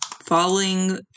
falling